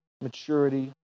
maturity